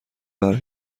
برای